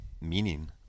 meaning